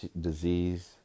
disease